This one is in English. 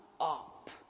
up